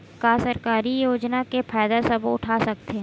का सरकारी योजना के फ़ायदा सबो उठा सकथे?